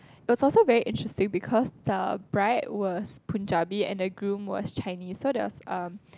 it was also very interesting because the bride was Punjabi and the groom was Chinese so there was uh